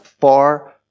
far